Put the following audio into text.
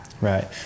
Right